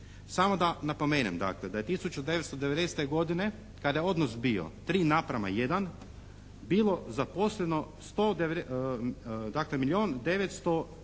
Samo da napomenem dakle da je 1990. godine kada je odnos bio 3 naprama 1, bilo zaposleno milijun